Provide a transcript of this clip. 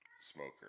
smoker